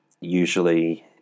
usually